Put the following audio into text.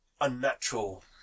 unnatural